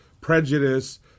prejudice